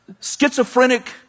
schizophrenic